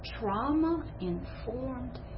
trauma-informed